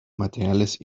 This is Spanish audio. materiales